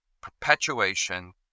perpetuation